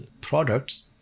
products